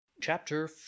Chapter